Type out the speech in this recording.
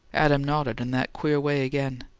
adam nodded in that queer way again.